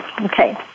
Okay